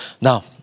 Now